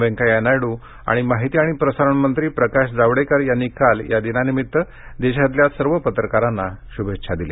वैकेय्या नायडू आणि माहिती आणि प्रसारणमंत्री प्रकाश जावडेकर यांनी काल या दिनानिमित्त देशातल्या सर्व पत्रकारांना शुभेच्छा दिल्या